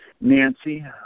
Nancy